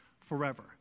forever